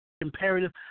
imperative